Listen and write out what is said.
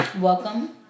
welcome